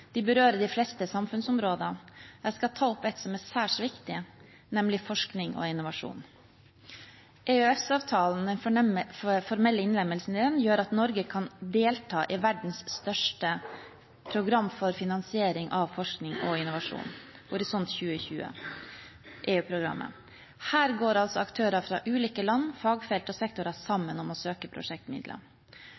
De berører de fleste samfunnsområder. Jeg skal ta opp ett som er særs viktig, nemlig forskning og innovasjon. EØS-avtalen, den formelle innlemmelsen, gjør at Norge kan delta i verdens største program for finansiering av forskning og innovasjon, EU-programmet Horisont 2020. Her går aktører fra ulike land, fagfelt og sektorer